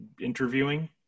interviewing